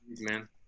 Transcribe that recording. man